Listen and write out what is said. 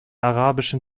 arabischen